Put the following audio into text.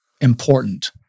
important